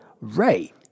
Ray